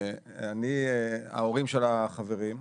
ההורים שלה חברים.